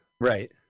Right